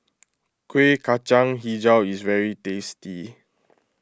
Kueh Kacang HiJau is very tasty